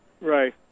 Right